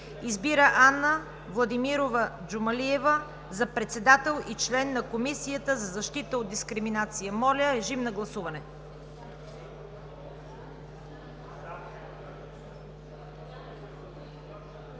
Избира Ана Владимирова Джумалиева за председател и член на Комисията за защита от дискриминация.“ Моля, режим на гласуване.